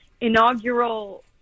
inaugural